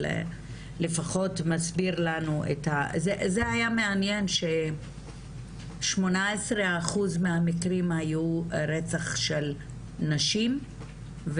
היה מעניין ש-18% מהמקרים היו רצח של נשים,